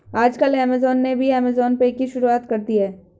आजकल ऐमज़ान ने भी ऐमज़ान पे की शुरूआत कर दी है